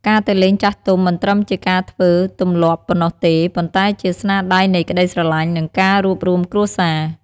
ការទៅលេងចាស់ទុំមិនត្រឹមជាការធ្វើ “ទម្លាប់” ប៉ុណ្ណោះទេ ប៉ុន្តែជាស្នាដៃនៃក្តីស្រឡាញ់ និងការរួបរួមគ្រួសារ។